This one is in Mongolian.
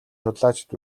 судлаачид